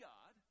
God